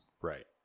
Right